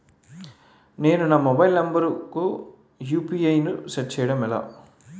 నేను నా mobile number కుయు.పి.ఐ ను సెట్ చేయడం ఎలా?